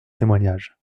témoignage